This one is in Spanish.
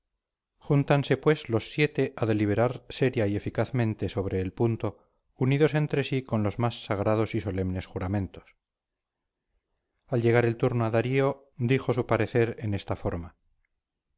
júntanse pues los siete a deliberar seria y eficazmente sobre el punto unidos entre sí con los más sagrados y solemnes juramentos al llegar el turno a darío dijo su parecer en esta forma